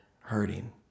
hurting